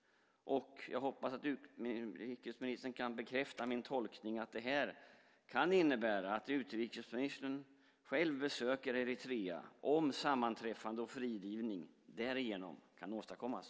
Jag hoppas att utrikesministern kan bekräfta min tolkning, att det här kan innebära att utrikesministern själv besöker Eritrea om sammanträffande och frigivning därigenom kan åstadkommas.